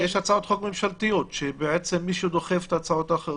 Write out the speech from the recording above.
אבל יש הצעות חוק ממשלתיות שבעצם מי שדוחף את הצעות החוק